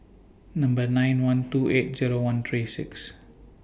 nine one two eight Zero one three six